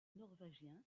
norvégien